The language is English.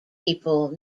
people